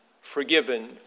forgiven